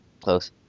Close